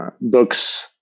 books